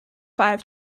five